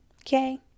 okay